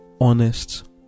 honest